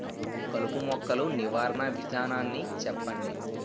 కలుపు మొక్కలు నివారణ విధానాన్ని చెప్పండి?